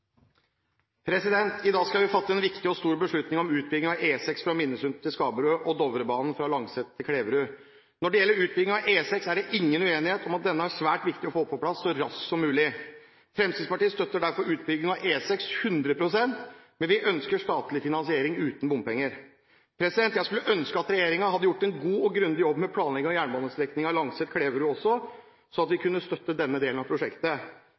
stor beslutning om utbygging av E6 fra Minnesund til Skaberud og Dovrebanen fra Langset til Kleverud. Når det gjelder utbyggingen av E6, er det ingen uenighet om at denne er svært viktig å få på plass så raskt som mulig. Fremskrittspartiet støtter derfor utbyggingen av E6 100 pst., men vi ønsker statlig finansiering uten bompenger. Jeg skulle ønske at regjeringen hadde gjort en god og grundig jobb med planleggingen av jernbanestrekningen Langset–Kleverud også, sånn at vi kunne støtte denne delen av prosjektet.